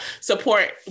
support